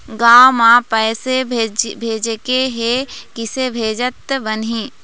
गांव म पैसे भेजेके हे, किसे भेजत बनाहि?